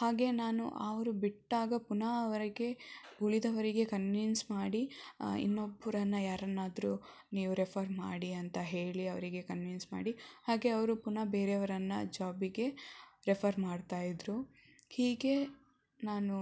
ಹಾಗೆ ನಾನು ಅವರು ಬಿಟ್ಟಾಗ ಪುನಃ ಅವರಿಗೆ ಉಳಿದವರಿಗೆ ಕನ್ವಿನ್ಸ್ ಮಾಡಿ ಇನ್ನೊಬ್ಬರನ್ನು ಯಾರನ್ನಾದರೂ ನೀವು ರೆಫರ್ ಮಾಡಿ ಅಂತ ಹೇಳಿ ಅವರಿಗೆ ಕನ್ವಿನ್ಸ್ ಮಾಡಿ ಹಾಗೆ ಅವರು ಪುನಃ ಬೇರೆಯವರನ್ನು ಜಾಬಿಗೆ ರೆಫರ್ ಮಾಡ್ತಾ ಇದ್ದರು ಹೀಗೆ ನಾನು